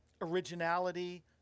originality